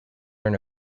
earn